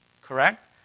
correct